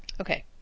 Okay